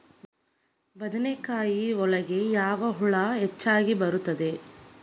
ಬದನೆಕಾಯಿ ಒಳಗೆ ಯಾವ ಹುಳ ಹೆಚ್ಚಾಗಿ ಬರುತ್ತದೆ?